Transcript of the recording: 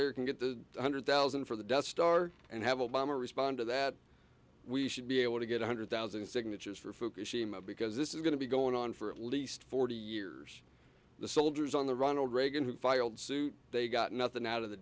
there can get the one hundred thousand for the death star and have obama respond to that we should be able to get one hundred thousand signatures for fukushima because this is going to be going on for at least forty years the soldiers on the ronald reagan who filed suit they got nothing out of the